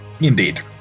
Indeed